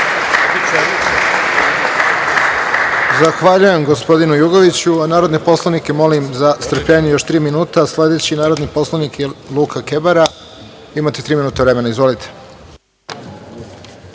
Zahvaljujem gospodinu Jugoviću. Narodne poslanike molim za strpljenje još tri minuta. Sledeći narodni poslanik je Luka Kebara. Imate tri minuta vremena, izvolite.